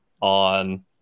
on